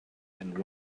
and